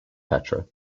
petra